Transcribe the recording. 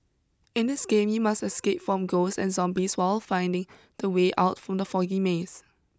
in this game you must escape from ghosts and zombies while finding the way out from the foggy maze